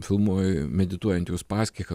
filmuoji medituojantį uspaskichą